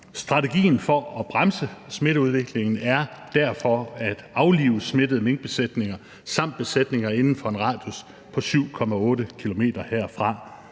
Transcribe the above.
Strategien for at bremse smitteudviklingen er derfor at aflive smittede minkbesætninger samt besætninger inden for en radius på 7,8 km herfra.